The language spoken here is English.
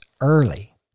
early